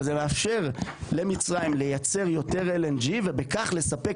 אבל זה מאפשר למצרים לייצר יותר LNG ובכך לספק